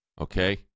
Okay